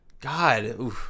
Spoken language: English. God